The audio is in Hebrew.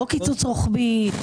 לא קיצוץ רוחבי,